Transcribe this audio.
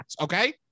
Okay